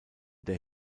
der